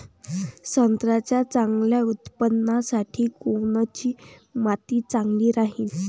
संत्र्याच्या चांगल्या उत्पन्नासाठी कोनची माती चांगली राहिनं?